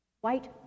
white